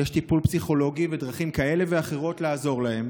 יש טיפול פסיכולוגי ודרכים כאלה ואחרות לעזור להם,